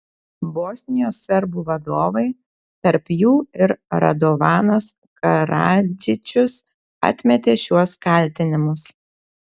bosnijos serbų vadovai tarp jų ir radovanas karadžičius atmetė šiuos kaltinimus